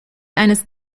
eines